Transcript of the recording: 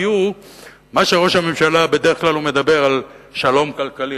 ראש הממשלה מדבר בדרך כלל על שלום כלכלי,